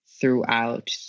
throughout